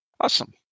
Awesome